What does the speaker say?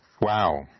Wow